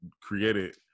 created